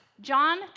John